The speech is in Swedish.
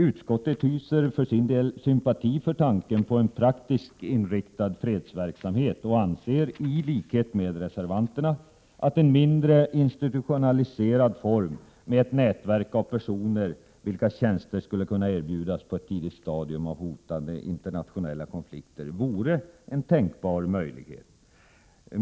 Utskottet hyser sympati för tanken på en praktiskt inriktad fredsverksamhet och anser —- i likhet med reservanterna — att en mindre institutionaliserad form med ett nätverk av personer, vilkas tjänster skulle kunna erbjudas på ett tidigt stadium av hotande internationella konflikter, vore en tänkbar I möjlighet.